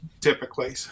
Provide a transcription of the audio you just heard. typically